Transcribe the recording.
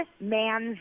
Man